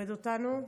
שמכבד אותנו,